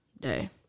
day